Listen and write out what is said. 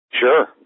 Sure